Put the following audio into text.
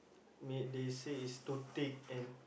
may they say is too thick and